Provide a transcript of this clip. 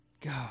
God